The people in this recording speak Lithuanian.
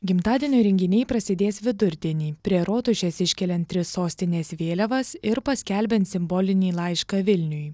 gimtadienio renginiai prasidės vidurdienį prie rotušės iškeliant tris sostinės vėliavas ir paskelbiant simbolinį laišką vilniui